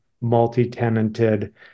multi-tenanted